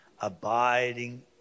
abiding